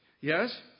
Yes